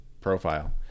profile